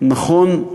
נכון,